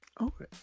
Okay